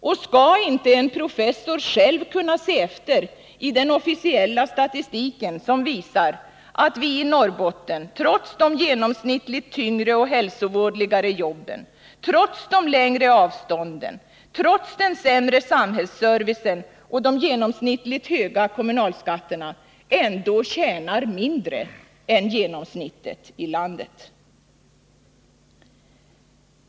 Och skall inte en professor själv kunna se efter i den officiella statistiken, som visar att vi i Norrbotten — trots de genomsnittligt tyngre och hälsovådligare jobben, trots de längre avstånden, trots den sämre samhällsservicen och de genomsnittligt höga kommunalskatterna — ändå tjänar mindre än genomsnittet i landet?